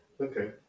okay